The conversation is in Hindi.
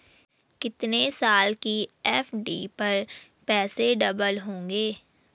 कितने साल की एफ.डी पर पैसे डबल होंगे?